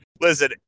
Listen